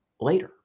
later